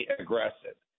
aggressive